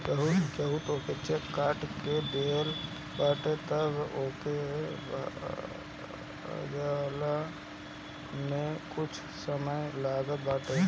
केहू तोहके चेक काट के देहले बाटे तअ ओके भजला में कुछ समय लागत बाटे